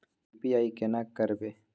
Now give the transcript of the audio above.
UPI केना करबे?